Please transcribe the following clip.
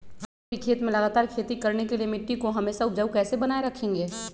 कोई भी खेत में लगातार खेती करने के लिए मिट्टी को हमेसा उपजाऊ कैसे बनाय रखेंगे?